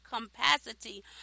capacity